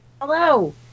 Hello